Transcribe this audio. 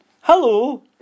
hello